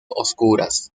oscuras